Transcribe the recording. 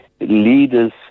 leaders